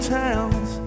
towns